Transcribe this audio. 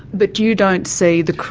but you don't see the,